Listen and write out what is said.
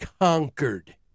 conquered